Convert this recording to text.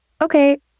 okay